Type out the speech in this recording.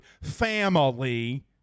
family